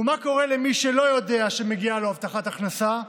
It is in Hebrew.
ומה קורה למי שלא יודע שמגיעה לו הבטחת הכנסה?